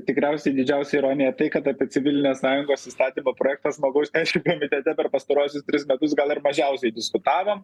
tikriausiai didžiausia ironija tai kad apie civilinę sąjungos įstatymo projektą žmogaus teisių komitete per pastaruosius tris metus gal ir mažiausiai diskutavom